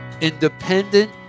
independent